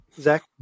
Zach